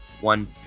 one